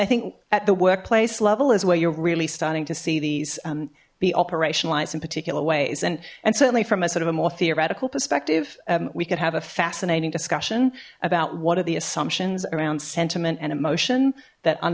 i think at the workplace level is where you're really starting to see these be operationalized in particular ways and and certainly from a sort of a more theoretical perspective we could have a fascinating discussion about what are the assumptions around sentiment and emotion that